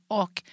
och